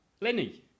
Lenny